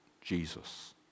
Jesus